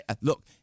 Look